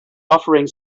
offering